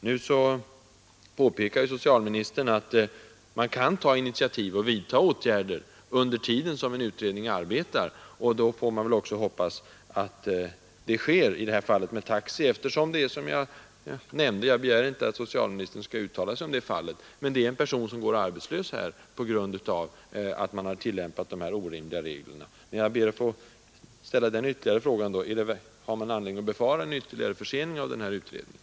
Nu påpekar socialministern att man kan ta initiativ och vidta åtgärder under tiden då en utredning arbetar. Man får hoppas att det sker också i det här fallet med taxi. Jag begär inte att socialministern skall uttala sig om det fallet, men här är det ändå en person som går arbetslös på grund av att man har tillämpat orimliga regler. Jag ber till slut att få ställa frågan: Har man anledning att befara en ytterligare försening av den här utredningen?